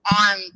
on